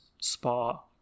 spa